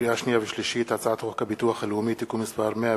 לקריאה שנייה ולקריאה שלישית: הצעת חוק הביטוח הלאומי (תיקון מס' 117),